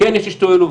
כן, יש השתוללות.